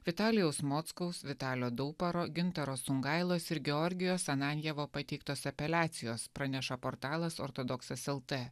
vitalijaus mockaus vitalio dauparo gintaro songailos ir georgijaus ananjevo pateiktos apeliacijos praneša portalas ortodoksas lt